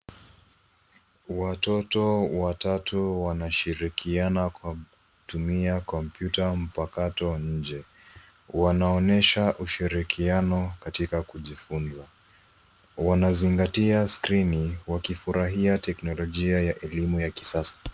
Watoto watatu wanashirikiana kwa kutumia kompyuta mpakato nje. Wanaonyesha ushirikiano katika kujifunza, wanzaingati skrini wakifurahia teknolojia ya elimu ya kisasa.